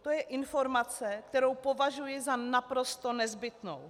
To je informace, kterou považuji za naprosto nezbytnou.